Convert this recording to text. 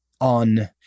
on